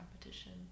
competition